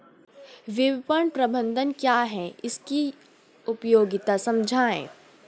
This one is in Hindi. विपणन प्रबंधन क्या है इसकी उपयोगिता समझाइए?